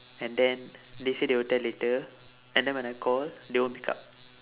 and then they say they will tell later and then when I call they won't pick up